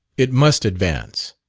it must advance,